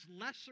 lesser